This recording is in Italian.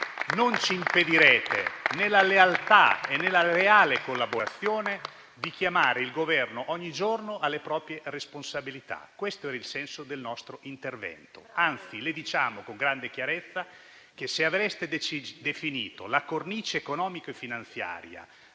Non ci impedirete, nella lealtà e nella leale collaborazione, di richiamare il Governo ogni giorno alle proprie responsabilità. Questo è il senso del nostro intervento; anzi, le diciamo con grande chiarezza che se aveste definito la cornice economica e finanziaria,